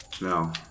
No